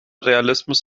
realismus